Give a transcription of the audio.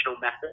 method